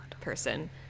person